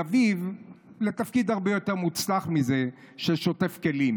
אביב לתפקיד הרבה יותר מוצלח מזה של שוטף כלים.